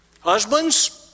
husbands